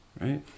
right